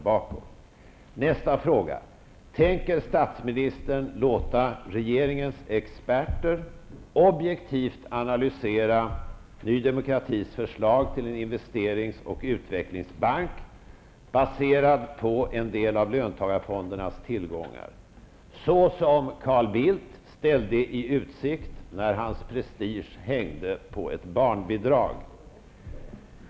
Fråga nr 2: Tänker statsministern låta regeringens experter objektivt analysera Ny Demokratis förslag till en investerings och utvecklingsbank baserad på en del av löntagarfondernas tillgångar, så som Carl Bildt ställde i utsikt när hans prestige hängde på ett barnbidrag?